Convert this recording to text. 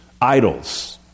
idols